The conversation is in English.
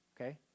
okay